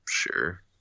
sure